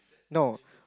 no